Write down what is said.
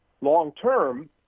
long-term